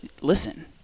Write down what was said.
listen